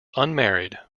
unmarried